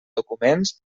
documents